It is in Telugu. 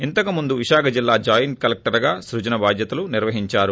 ఇంతకు ముందు విశాఖ జిల్లా జాయింట్ కలెక్టర్గా స్పజన బాధ్యతలు నిర్వహించారు